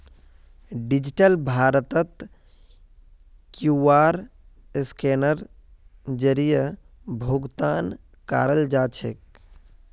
digital भारतत QR scanner जरीए भुकतान कराल जाछेक